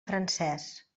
francés